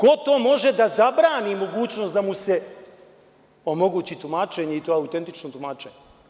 Ko to može da zabrani mogućnost da mu se omogući tumačenje i to autentično tumačenje?